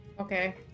Okay